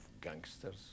gangsters